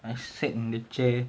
I sat in the chair